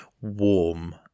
warm